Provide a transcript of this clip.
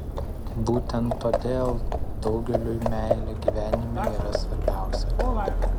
būtent todėl daugeliui meilė gyvenime yra svarbiausia